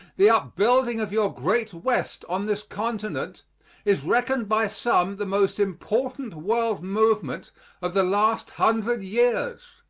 the upbuilding of your great west on this continent is reckoned by some the most important world movement of the last hundred years.